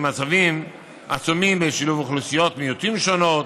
עצומים בשילוב אוכלוסיות מיעוטים שונות,